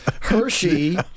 Hershey